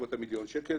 בסביבות מיליון שקלים.